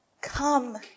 come